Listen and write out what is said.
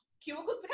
cubicles